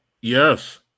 Yes